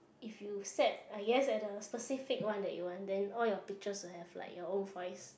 if you set I guess at the specific one that you want then all your picture will have like your own voice